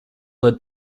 led